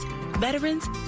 veterans